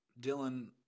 Dylan